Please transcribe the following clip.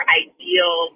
ideal